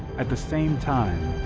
at the same time,